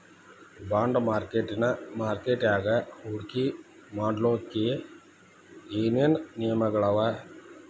Bond ಮಾರ್ಕೆಟಿನ್ ಮಾರ್ಕಟ್ಯಾಗ ಹೂಡ್ಕಿ ಮಾಡ್ಲೊಕ್ಕೆ ಏನೇನ್ ನಿಯಮಗಳವ?